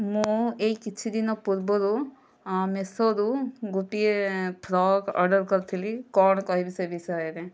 ମୁଁ ଏହିକିଛିଦିନ ପୂର୍ବରୁ ମିଷୋରୁ ଗୋଟିଏ ଫ୍ରକ୍ ଅର୍ଡ଼ର କରିଥିଲି କ'ଣ କହିବି ସେ ବିଷୟରେ